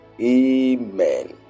Amen